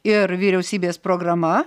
ir vyriausybės programa